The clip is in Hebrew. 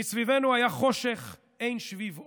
"מסביבנו היה חושך --- אין שביב אור.